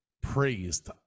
praised